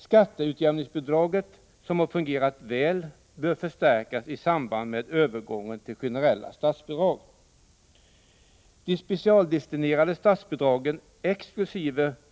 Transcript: Skatteutjämningsbidraget, som har fungerat väl, bör förstärkas i samband med en övergång till generella statsbidrag. De specialdestinerade statsbidragen, exkl.